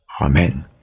Amen